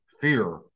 fear